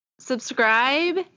subscribe